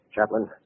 Chaplain